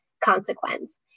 consequence